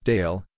Dale